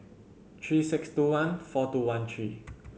three six two one four two one three